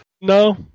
No